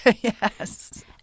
Yes